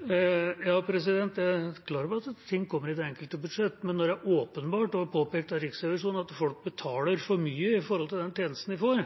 Jeg er klar over at ting kommer i det enkelte budsjett, men når det er åpenbart, og påpekt av Riksrevisjonen, at folk betaler for mye i forhold til den tjenesten de får,